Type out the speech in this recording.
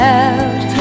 out